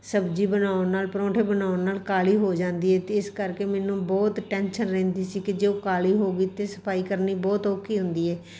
ਸਬਜ਼ੀ ਬਣਾਉਣ ਨਾਲ ਪਰੌਂਠੇ ਬਣਾਉਣ ਨਾਲ ਕਾਲੀ ਹੋ ਜਾਂਦੀ ਹੈ ਅਤੇ ਇਸ ਕਰਕੇ ਮੈਨੂੰ ਬਹੁਤ ਟੈਂਸ਼ਨ ਰਹਿੰਦੀ ਸੀ ਕਿ ਜੇ ਉਹ ਕਾਲੀ ਹੋ ਗਈ ਅਤੇ ਸਫਾਈ ਕਰਨੀ ਬਹੁਤ ਔਖੀ ਹੁੰਦੀ ਹੈ